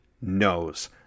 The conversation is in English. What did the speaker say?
knows